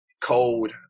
cold